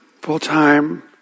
full-time